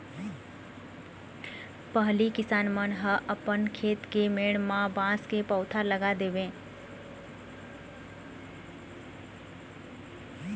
पहिली किसान मन ह अपन खेत के मेड़ म बांस के पउधा लगा देवय